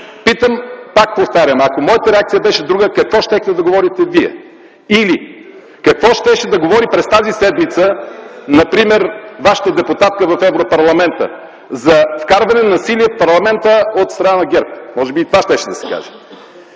Питам, пак повтарям: ако моята реакция беше друга, какво щяхте да говорите вие? Или какво щеше да говори през тази седмица, например, вашата депутатка в Европарламента? - За вкарване на насилие в парламента от страна на ГЕРБ. Може би това щеше да каже!